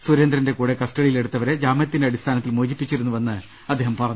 സുരേന്ദ്രന്റെ കൂടെ കസ്റ്റഡിയിൽ എടുത്തവരെ ജാമ്യത്തിന്റെ അടിസ്ഥാനത്തിൽ മോചിപ്പിച്ചിരുന്നുവെന്ന് അദ്ദേഹം പറഞ്ഞു